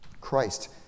Christ